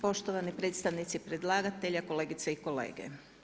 Poštovani predstavnici predlagatelja, kolegice i kolege.